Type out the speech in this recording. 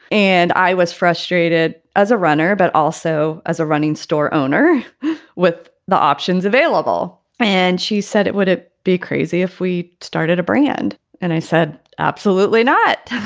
and i was frustrated as a runner. but. also as a running store owner with the options available, and she said it would ah be crazy if we started a brand and i said absolutely not.